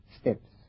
steps